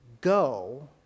go